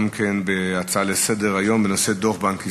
גם כן בהצעה לסדר-היום בנושא דוח בנק ישראל.